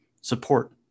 support